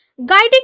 guiding